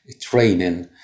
training